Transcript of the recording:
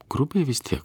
grubiai vis tiek